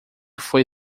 foi